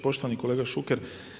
Poštovani kolega Šuker.